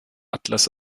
atlas